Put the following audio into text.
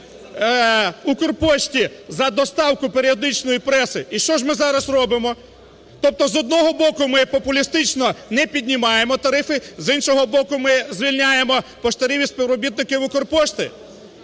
"Укрпошті" за доставку періодичної преси. І що ж ми зараз робимо? Тобто, з одного боку, ми популістично не піднімаємо тарифи, з іншого боку , ми звільняємо поштарів і співробітників "Укрпошти".